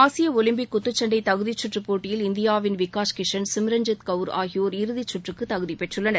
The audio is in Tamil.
ஆசிய ஒலிம்பிக் குத்துச்சண்டை தகுதி கற்றுப் போட்டியில் இந்தியாவின் விகாஷ் கிஷன் சிம்ரன்ஜித் கவுர் ஆகியோர் இறுதி சுற்றுக்கு தகுதி பெற்றுள்ளனர்